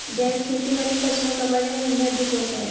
जैविक खेती वाली फसलों का बाजार मूल्य अधिक होता है